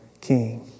king